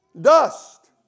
Dust